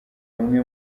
bamwe